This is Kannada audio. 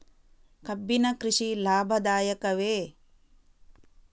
ಕಬ್ಬಿನ ಕೃಷಿ ಲಾಭದಾಯಕವೇ?